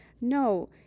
No